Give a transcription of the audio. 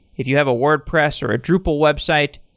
if you have a wordpress or a drupal website,